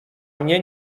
mnie